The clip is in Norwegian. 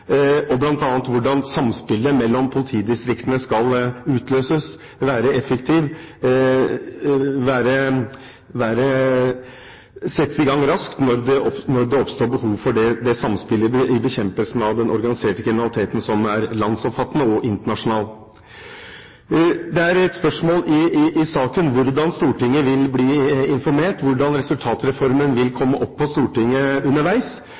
– bl.a. hvordan samspillet mellom politidistriktene skal utløses, være effektivt og settes i gang raskt når det oppstår behov for dette samspillet i bekjempelsen av den organiserte kriminaliteten, som er landsomfattende og internasjonal. Det er et spørsmål i saken hvordan Stortinget vil bli informert, hvordan resultatreformen vil komme opp på Stortinget underveis.